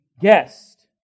guest